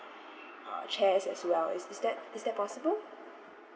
uh chairs as well is that is that possible